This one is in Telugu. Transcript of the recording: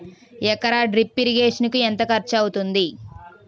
ఎకర డ్రిప్ ఇరిగేషన్ కి ఎంత ఖర్చు అవుతుంది?